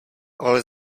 ale